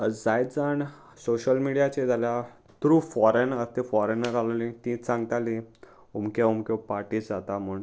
जाय जाण सोशल मिडियाचे जाल्यार थ्रू फॉरेन ते फॉरेनर घालली ती सांगताली उमक्यो उमक्यो पार्टीज जाता म्हूण